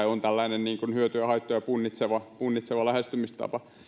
on itsessään tällainen hyötyjä ja haittoja punnitseva punnitseva lähestymistapa